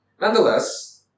Nonetheless